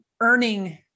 earning